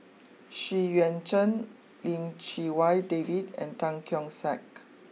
Xu Yuan Zhen Lim Chee Wai David and Tan Keong Saik